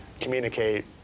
communicate